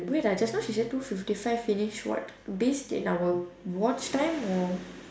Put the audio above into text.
wait ah just now she said two fifty five finish what based in our watch time or